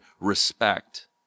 respect